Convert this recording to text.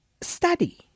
study